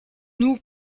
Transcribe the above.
nous